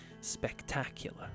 spectacular